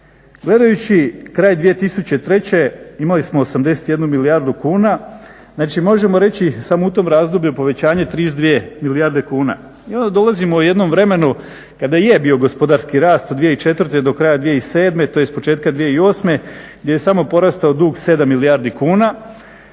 Gledajući kraj 2003.imali smo 81 milijardu kuna, znači možemo reći samo u tom razdoblju povećanje 32 milijarde kuna i onda dolazimo u jednom vremenu kada je bio gospodarski rast 2004.do kraja 2007.početka 2008.gdje je samo porastao dug 7 milijardi kuna.